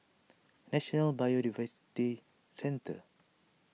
National Biodiversity Centre